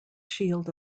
shield